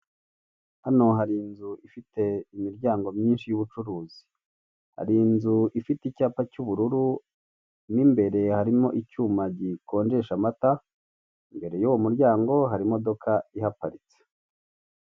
Hano hari inzu ifite imiryango myinshi y'ubucuruzi. Hari inzu ifite icyapa cy'ubururu, mo imbere harimo icyuma gikonjesha amata, imbere y'uwo muryango hari imodoka ihaparitse.